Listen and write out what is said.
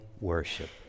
worship